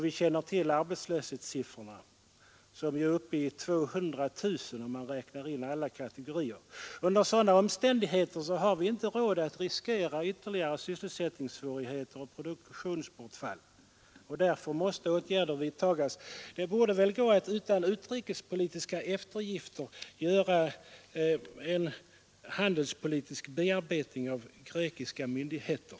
Vi känner till arbetslöshetssiffrorna, som är uppe i 200 000, om man räknar in alla kategorier. Under sådana förhållanden har vi inte råd att riskera ytterligare sysselsättningssvårigheter och produktionsbortfall. Därför måste åtgärder vidtas. Det borde väl gå att utan utrikespolitiska eftergifter åstadkomma en handelspolitisk bearbetning av grekiska myndigheter.